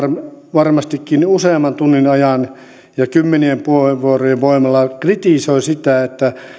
varmastikin useamman tunnin ajan ja kymmenien puheenvuorojen voimalla kritisoi sitä että